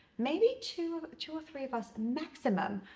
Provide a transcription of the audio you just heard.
maybe two two or three of us, maximum,